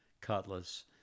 cutlass